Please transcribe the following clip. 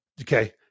okay